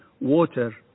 water